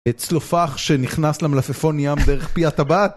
צלופח שנכנס למלפפון ים דרך פי הטבעת